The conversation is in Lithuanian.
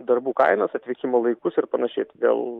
darbų kainas atvykimo laikus ir panašiai todėl